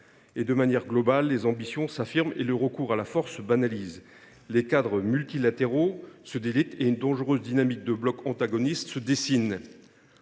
le monde entier, les ambitions s’affirment et le recours à la force se banalise. Les cadres multilatéraux se délitent et une dangereuse dynamique de blocs antagonistes se dessine.